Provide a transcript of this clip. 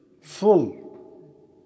full